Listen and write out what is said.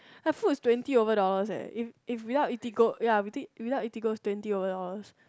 the food is twenty over dollars eh if if without Eatigo ya with~ without Eatigo is twenty over dollars